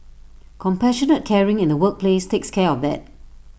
compassionate caring in the workplace takes care of that